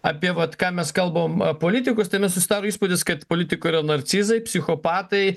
apie vat ką mes kalbam politikus tai man susidaro įspūdis kad politikoj yra narcizai psichopatai